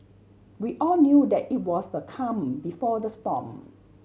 we all knew that it was the calm before the storm